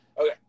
Okay